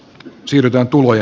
siirtää tuloja